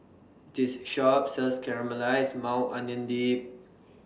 This Shop sells Caramelized Maui Onion Dip